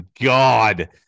god